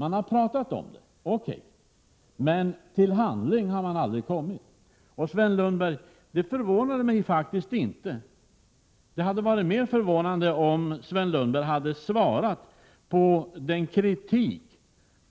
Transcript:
De har pratat om det men aldrig kommit till handling. Det förvånar mig inte — det hade varit mer förvånande om Sven Lundberg hade kommenterat den kritik